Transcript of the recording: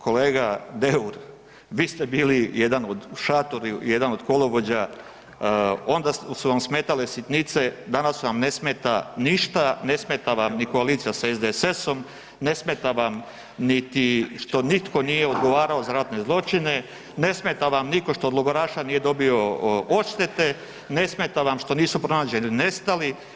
Kolega Deur, vi ste bili jedan od šatori, jedan od kolovođa, onda su vam smetale sitnice, danas vam ne smeta ništa, ne smeta vam ni koalicija sa SDSS-om, ne smeta vam niti što nitko nije odgovarao za ratne zločine, ne smeta vam niko što od logoraša nije dobio odštete, ne smeta vam što nisu pronađeni nestali.